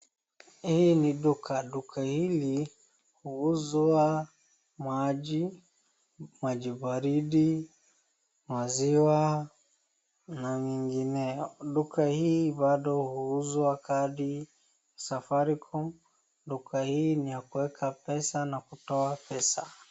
Hii ni duka. Duka hili huuzwa maji, maji baridi, maziwa na nyingineo. Duka hii bado huuzwa kadi safaricom. Duka hii ni ya kuweka pesa na kutoa pesa.